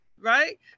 right